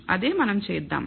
అదే మనం చేద్దాం